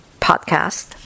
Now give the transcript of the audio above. podcast